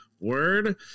word